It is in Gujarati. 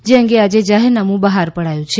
જે અંગે આજે જાહેરનામું બહાર પડાયું છે